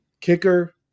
kicker